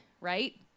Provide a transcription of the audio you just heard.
right